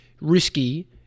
risky